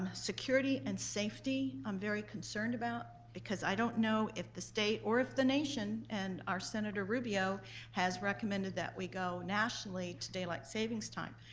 and security and safety, i'm very concerned about because i don't know if the state or if the nation and our senator rubio has recommended that we go nationally to daylight savings time.